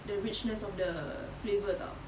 the richness of the flavor [tau]